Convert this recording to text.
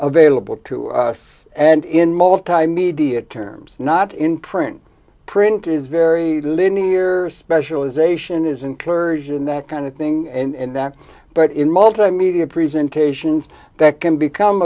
vailable to us and in multimedia terms not in print print is very linear specialisation is encouraging that kind of thing and that but in multimedia presentations that can become